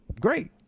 great